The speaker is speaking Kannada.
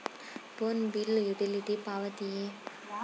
ಫೋನ್ ಬಿಲ್ ಯುಟಿಲಿಟಿ ಪಾವತಿಯೇ?